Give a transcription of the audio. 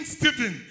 Stephen